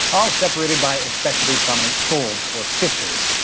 all separated by especially prominent folds, or fissures.